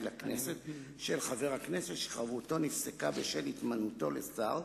לכנסת של חבר הכנסת שחברותו נפסקה בשל התמנותו לשר,